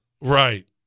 Right